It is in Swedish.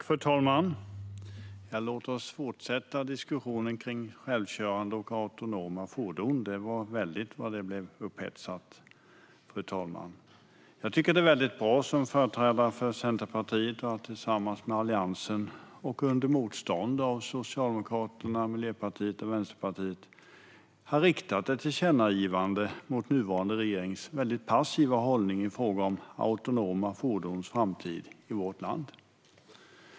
Fru talman! Låt oss fortsätta diskussionen om självkörande och autonoma fordon. Det var väldigt vad det blev upphetsat, fru talman. Jag tycker som företrädare för Centerpartiet tillsammans med Alliansen och under motstånd av Socialdemokraterna, Miljöpartiet och Vänsterpartiet att det är bra att riksdagen på vårt initiativ riktar ett tillkännagivande mot nuvarande regerings passiva hållning i fråga om autonoma fordons framtid i vårt land.